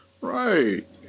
right